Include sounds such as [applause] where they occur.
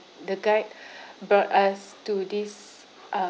the guide [breath] brought us to this uh